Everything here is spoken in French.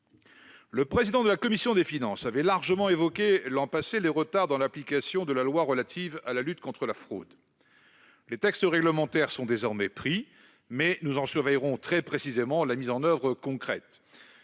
le président de la commission des finances avait largement évoqué l'an passé les retards dans l'application de la loi relative à la lutte contre la fraude. Les textes réglementaires sont désormais pris, mais nous en surveillerons très précisément la mise en oeuvre concrète.